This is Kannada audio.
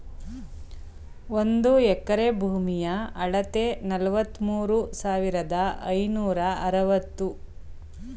ಒಂದು ಎಕರೆ ಭೂಮಿಯ ಅಳತೆ ನಲವತ್ಮೂರು ಸಾವಿರದ ಐನೂರ ಅರವತ್ತು ಚದರ ಅಡಿ